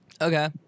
Okay